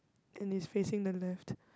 and is facing the left